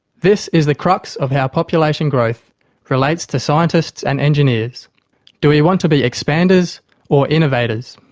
this is the crux of how population growth relates to scientists and engineers do we want to be expanders or innovators?